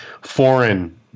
foreign